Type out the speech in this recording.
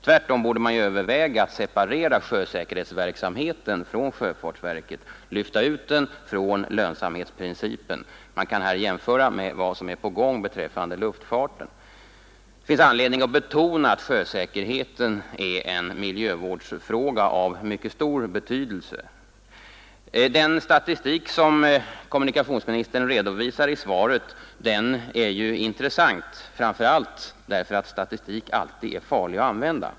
Tvärtom borde man överväga att separera sjösäkerhetsverksamheten från sjöfartsverket, att lyfta ut den från lönsamhetsprincipen. Man kan här jämföra med vad som är på gång beträffande luftfarten. Det finns anledning att betona att sjösäkerheten är en miljövårdsfråga av mycket stor betydelse. Den statistik som kommunikationsministern redovisade i svaret är ju intressant, framför allt därför att statistik alltid är farlig att använda.